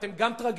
אתם גם טרגדיה,